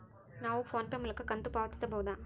ನಾವು ಫೋನ್ ಪೇ ಮೂಲಕ ಕಂತು ಪಾವತಿಸಬಹುದಾ?